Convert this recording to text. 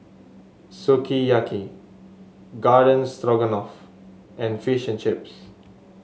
Sukiyaki Garden Stroganoff and Fish and Chips